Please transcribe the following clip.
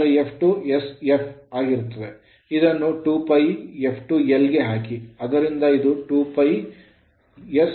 ಆದರೆ f2 sf ಆಗಿರುತ್ತದೆ ಇದನ್ನು 2 pi f2 L ಗೆ ಹಾಕಿ